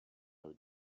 would